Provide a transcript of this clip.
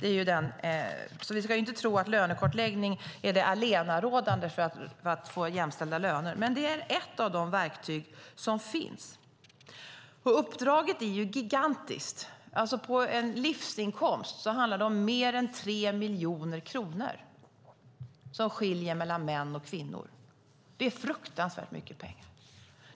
Vi ska inte tro att lönekartläggning är det allenarådande för att jämställa löner, men det är ett av de verktyg som finns. Uppdraget är gigantiskt. På en livsinkomst skiljer det 3 miljoner kronor mellan män och kvinnor. Det är fruktansvärt mycket pengar.